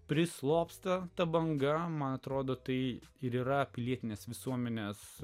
prislopsta ta banga man atrodo tai ir yra pilietinės visuomenės